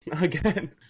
again